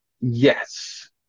Yes